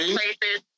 places